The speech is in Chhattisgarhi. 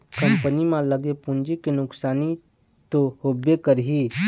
कंपनी म लगे पूंजी के नुकसानी तो होबे करही